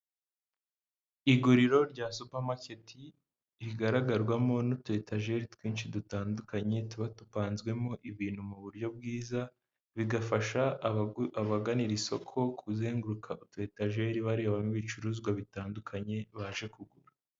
Iguriro rya supamaketi, rigaragarwamo n'utu etajeri twinshi dutandukanye, tuba dupanzwemo ibintu mu buryo bwiza, bigafasha abagana isoko kuzenguruka utu etajeri barebamo ibicuruzwa bitandukanye baje kugura.